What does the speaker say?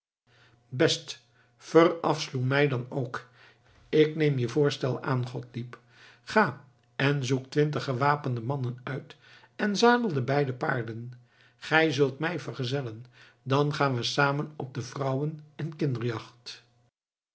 best verafschuw mij dan ook ik neem je voorstel aan gottlieb ga en zoek twintig gewapende mannen uit en zadel de beide paarden gij zult mij vergezellen dan gaan we samen op de vrouwen en